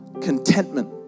contentment